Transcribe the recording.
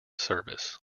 service